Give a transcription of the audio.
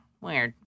Weird